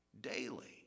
Daily